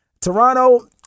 Toronto